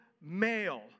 male